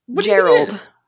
Gerald